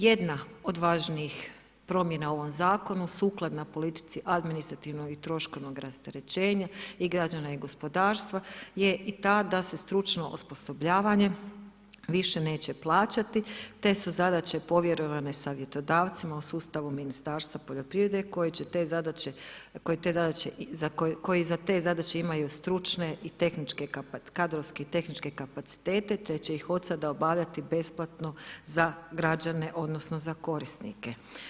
Jedna od važnijih promjena u ovom Zakonu sukladno politici administrativnog i troškovnog rasterećenja i građana i gospodarstva je i ta da se stručno osposobljavanje više neće plaćati, te su zadaće povjerene savjetodavcima u sustavu Ministarstva poljoprivrede, koje će te zadaće, koje te zadaće, koji za te zadaće imaju stručne i tehničke, kadrovske i tehničke kapacitete, te će ih odsada obavljati besplatno za građane odnosno za korisnike.